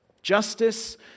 Justice